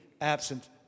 absent